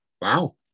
Wow